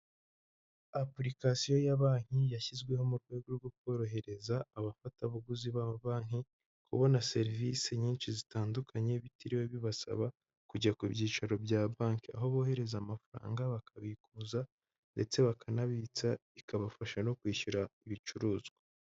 Application ya banki yashyizweho mu rwego rwo korohereza abafatabuguzi ba banki kubona serivisi nyinshi zitandukanye, bitiriwe bibasaba kujya ku byicaro bya banki, aho bohereza amafaranga, bakabikuza ndetse bakanabitsa bikabafasha no kwishyura ibicuruzwa.